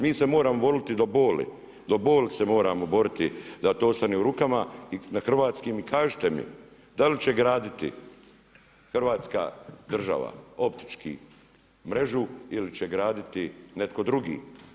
Mi se moramo boriti do boli, do boli se moramo borit da to ostane u rukama na hrvatskim i kažite mi da li će graditi Hrvatska država, optički mrežu, ili će gradit netko drugi?